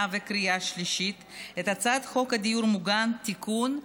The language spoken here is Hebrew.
וקריאה שלישית את הצעת חוק הדיור המוגן (תיקון),